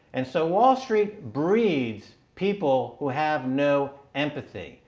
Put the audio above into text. and so wall street breeds people who have no empathy.